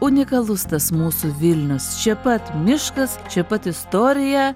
unikalus tas mūsų vilnius čia pat miškas čia pat istorija